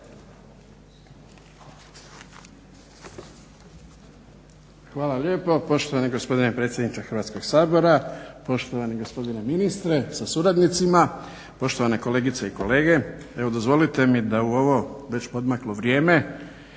Hvala lijepo. Poštovani gospodine predsjedniče Hrvatskog sabora, poštovani gospodine ministre sa suradnicima, poštovane kolegice i kolege. Evo dozvolite mi da u ovo već poodmaklo vrijeme